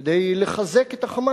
כדי לחזק את ה"חמאס"